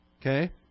Okay